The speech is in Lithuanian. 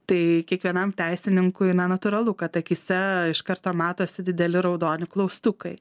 tai kiekvienam teisininkui na natūralu kad akyse iš karto matosi dideli raudoni klaustukai